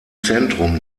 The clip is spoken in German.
zentrum